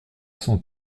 cent